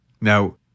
now